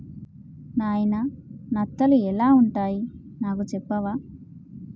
నాయిన నత్తలు ఎలా వుంటాయి నాకు సెప్పవా